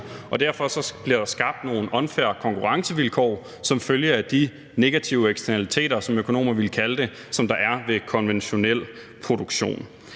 derfor bliver der skabt nogle unfair konkurrencevilkår som følge af de negative eksternaliteter, som økonomer ville kalde det, som der er ved konventionel produktion.